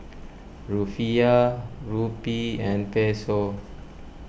Rufiyaa Rupee and Peso